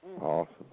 Awesome